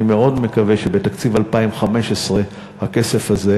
אני מאוד מקווה שבתקציב 2015 הכסף הזה,